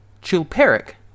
Chilperic